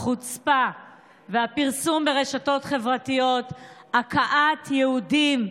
החוצפה והפרסום ברשתות החברתיות של הכאת יהודים,